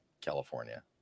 California